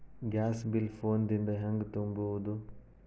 Gas bill phone ದಿಂದ ಹ್ಯಾಂಗ ತುಂಬುವುದು?